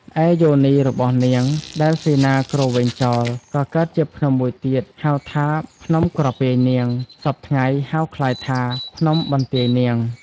ឯយោនីរបស់នាង ដែលសេនាគ្រវែងចោល ក៏កើតជាភ្នំមួយទៀត ហៅថា ភ្នំក្រពាយនាង (សព្វថ្ងៃហៅក្លាយថា ភ្នំបន្ទាយនាង)។